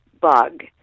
bug